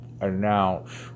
announce